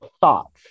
thoughts